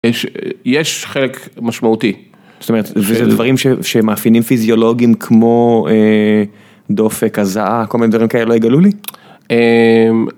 יש.. יש חלק משמעותי, זתומרת, וזה דברים שמאפיינים פיזיולוגים כמו דופק, הזעה, כל מיני דברים כאלה יגלו לי? אממ..